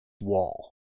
wall